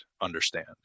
understand